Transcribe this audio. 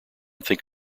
think